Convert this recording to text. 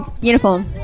Uniform